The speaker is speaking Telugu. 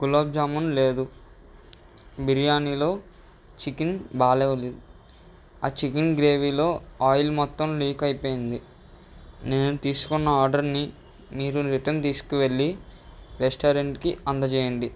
గులాబ్ జామున్ లేదు బిర్యానీలో చికెన్ బాగాలేదు ఆ చికెన్ గ్రేవీలో ఆయిల్ మొత్తం లీక్ అయిపోయింది నేను తీసుకున్న ఆర్డర్ని మీరు రిటర్న్ తీసుకువెళ్ళీ రెస్టారెంట్కి అందజేయండి